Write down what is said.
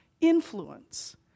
influence